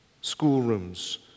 schoolrooms